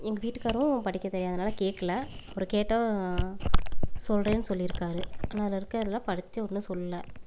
எங்கள் வீட்டுக்காரும் படிக்க தெரியாதனால் கேட்கல அப்புறம் கேட்டோம் சொல்கிறேன்னு சொல்லிருக்கார் ஆனால் அதில் இருக்கிறதுலாம் படித்து ஒன்றும் சொல்லலை